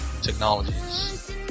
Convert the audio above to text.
technologies